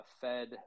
Fed